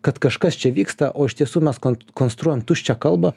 kad kažkas čia vyksta o iš tiesų mes kon konstruojam tuščią kalbą